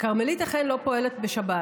הכרמלית אכן לא פועלת בשבת